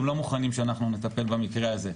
והם לא מוכנים שאנחנו נטפל במקרה זה.